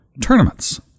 tournaments